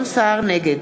נגד